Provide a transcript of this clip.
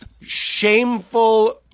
shameful